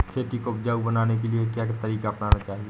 खेती को उपजाऊ बनाने के लिए क्या तरीका अपनाना चाहिए?